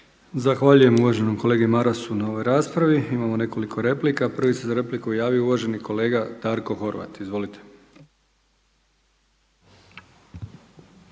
Zahvaljujem uvaženoj kolegici Marijani Balić na ovoj raspravi. Imamo nekoliko replika. Prvi se za repliku javio uvaženi kolega Blaženko Boban. Izvolite.